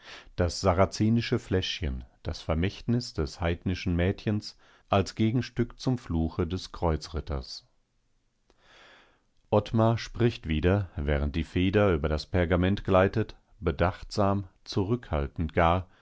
das sarazenische fläschchen das vermächtnis des heidnischen mädchens als gegenstück zum fluche des kreuzritters ottmar spricht wieder während die feder über das pergament gleitet bedachtsam zurückhallend gar